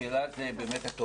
השאלה היא התוכן.